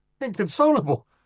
Inconsolable